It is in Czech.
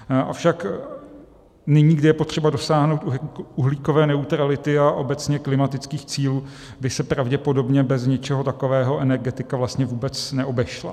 Avšak nyní, kdy je potřeba dosáhnout uhlíkové neutrality a obecně klimatických cílů, by se pravděpodobně bez ničeho takového energetika vůbec neobešla.